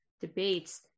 debates